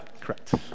Correct